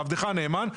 עבדך הנאמן,